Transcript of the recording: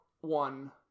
one